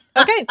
okay